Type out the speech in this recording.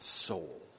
soul